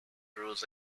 rose